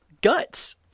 Guts